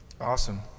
Awesome